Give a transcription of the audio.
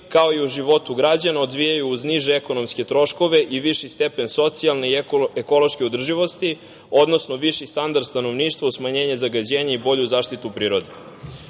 kao i u životu građana, odvijaju uz niže ekonomske troškove i viši stepen socijalne i ekološke održivosti, odnosno viši standard stanovništva, uz smanjenje zagađenja i bolju zaštitu prirode“.Za